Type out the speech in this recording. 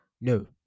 No